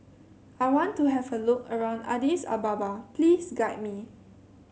I want to have a look around Addis Ababa please guide me